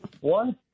one